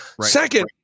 Second